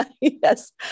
Yes